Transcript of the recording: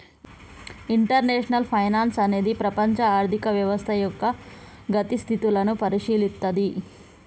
international finance అనేది ప్రపంచ ఆర్థిక వ్యవస్థ యొక్క గతి స్థితులను పరిశీలిత్తది